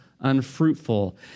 unfruitful